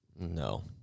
No